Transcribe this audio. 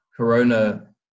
Corona